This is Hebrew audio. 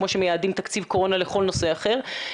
כמו שמייעדים תקציב קורונה לכל נושא אחר,